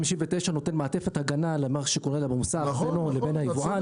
59 נותן מעטפת למה שקורה לה במוסך בינו לבין היבואן.